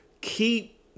keep